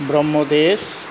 Brahmadesh